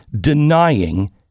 denying